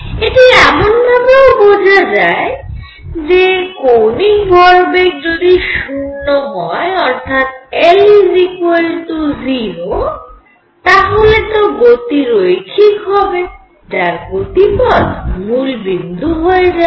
এটি এমন ভাবেও বোঝা যায় যে কৌণিক ভরবেগ যদি 0 হয় অর্থাৎ L 0তাহলে তো গতি রৈখিক হবে যার গতিপথ মূলবিন্দু হয়ে যাবে